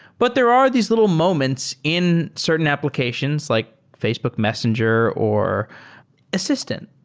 but there are these little moments in certain applications, like facebook messenger, or assistant,